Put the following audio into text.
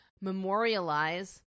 memorialize